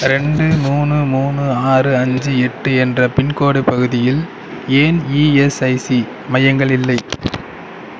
ரெண்டு மூணு மூணு ஆறு அஞ்சு எட்டு என்ற பின்கோடு பகுதியில் ஏன் இஎஸ்ஐசி மையங்கள் இல்லை